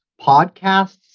podcasts